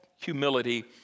humility